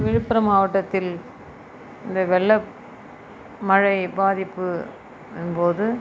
விழுப்புரம் மாவட்டத்தில் இந்த வெள்ள மழை பாதிப்பின் போது